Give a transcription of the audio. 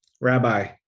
rabbi